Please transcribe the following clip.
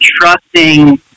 trusting